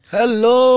Hello